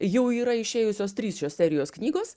jau yra išėjusios trys šios serijos knygos